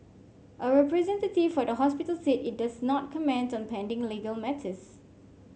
a representative for the hospital said it does not comment on pending legal matters